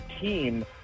team